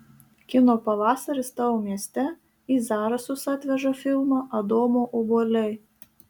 kino pavasaris tavo mieste į zarasus atveža filmą adomo obuoliai